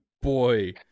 boy